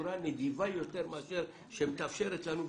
בצורה נדיבה יותר מאשר מתאפשרת לנו בתקנות.